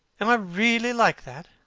am i really like that?